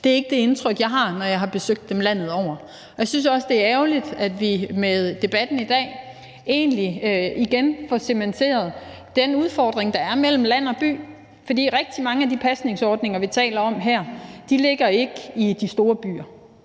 Det er ikke det indtryk, jeg har fået, når jeg har besøgt dem landet over Jeg synes også, det er ærgerligt, at vi med debatten i dag igen får cementeret den udfordring, der er mellem land og by, for rigtig mange af de pasningsordninger, vi taler om, ligger ikke i de store byer.